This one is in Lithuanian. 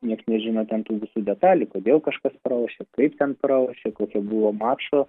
nieks nežino ten tų detalių kodėl kažkas pralošė kaip ten pralošė kokia buvo mačo